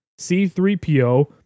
c3po